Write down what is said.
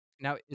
Now